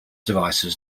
devices